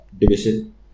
division